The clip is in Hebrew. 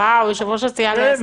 ואוו, יושב-ראש הסיעה לא יסכים?